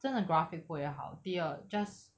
真的 graphic 不会好第二 just